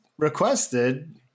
requested